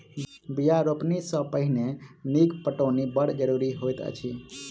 बीया रोपनी सॅ पहिने नीक पटौनी बड़ जरूरी होइत अछि